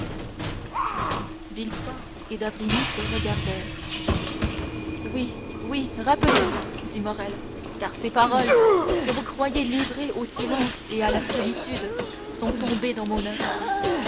et d'avrigny se regardèrent oui oui rappelez-vous dit morrel car ces paroles que vous croyiez livrées au silence et à la solitude sont tombées dans mon oreille